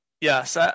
Yes